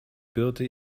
birte